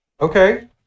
Okay